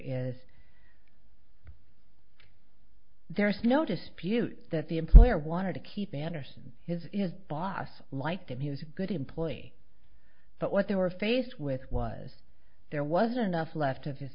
is there's no dispute that the employer wanted to keep anderson his boss liked him he was a good employee but what they were faced with was there was enough left of his